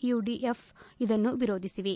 AIUDF ಇದನ್ನು ವಿರೋಧಿಸಿವೆ